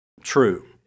true